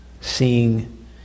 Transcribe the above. seeing